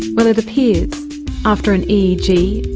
well, it appears after an eeg,